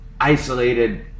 isolated